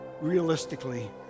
realistically